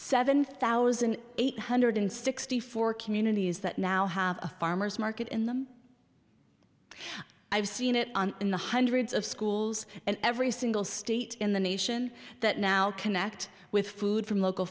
seven thousand eight hundred sixty four communities that now have a farmer's market in them i've seen it in the hundreds of schools and every single state in the nation that now connect with food from local